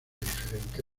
diferente